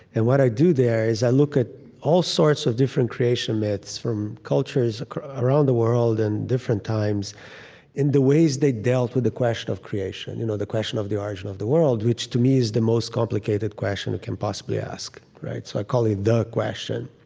and what i do there is i look at all sorts of different creation myths from cultures around the world in and different times in the ways they dealt with the question of creation, you know the question of the origin of the world, which to me is the most complicated question you can possibly ask. right? so i call it the question.